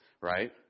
Right